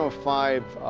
ah five,